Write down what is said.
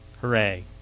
Hooray